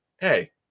hey